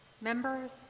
Members